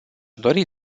dori